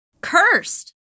Cursed